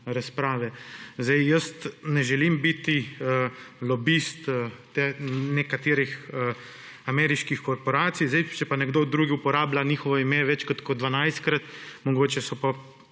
razprave. Jaz ne želim biti lobist nekaterih ameriških korporacij, če pa nekdo drugi uporablja njihovo ime več kot 12-krat, mogoče so pa